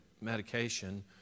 medication